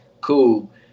cool